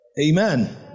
Amen